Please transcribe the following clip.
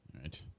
right